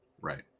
Right